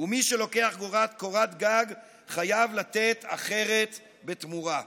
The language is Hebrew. ומי שלוקח קורת גג חייב לתת אחרת בתמורה.